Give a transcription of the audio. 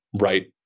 right